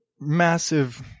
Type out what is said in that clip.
massive